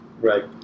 Right